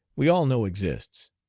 we all know exists.